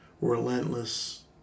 relentless